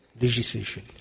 legislation